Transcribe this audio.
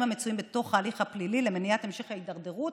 המצויים בתוך ההליך הפלילי למניעת המשך ההידרדרות